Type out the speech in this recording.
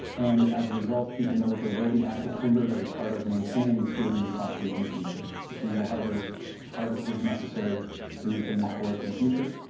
and as a result, people know that there will be active timber that is part of maintaining and stewarding this property in the future. sustainable harvest is harvest is necessary to maintain this forest in the future,